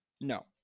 No